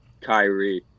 Kyrie